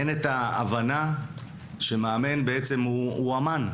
אין את ההבנה שמאמן בעצם הוא אמן.